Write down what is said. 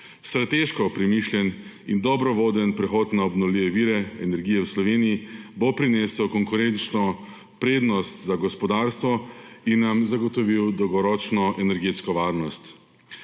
Strateško premišljen in dobro voden prehod na obnovljive vire energije v Sloveniji bo prinesel konkurenčno prednost za gospodarstvo in nam zagotovil dolgoročno energetsko varnost.